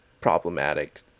problematic